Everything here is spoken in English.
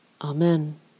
Amen